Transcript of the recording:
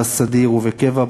בסדיר ובקבע,